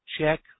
check